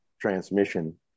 transmission